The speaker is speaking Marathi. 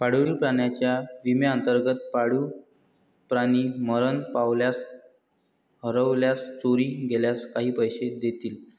पाळीव प्राण्यांच्या विम्याअंतर्गत, पाळीव प्राणी मरण पावल्यास, हरवल्यास, चोरी गेल्यास काही पैसे देतील